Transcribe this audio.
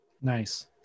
nice